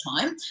time